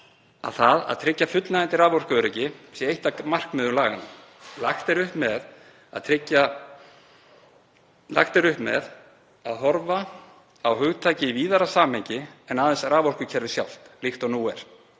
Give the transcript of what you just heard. að það að „tryggja fullnægjandi raforkuöryggi“ sé eitt af markmiðum laganna. Lagt er upp með að horfa á hugtakið í víðara samhengi en aðeins raforkukerfið sjálft, líkt og nú er.